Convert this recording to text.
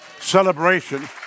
celebration